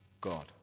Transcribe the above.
God